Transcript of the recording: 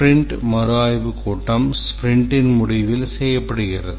sprint மறுஆய்வுக் கூட்டம் ஸ்பிரிண்டின் முடிவில் செய்யப்படுகிறது